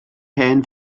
hen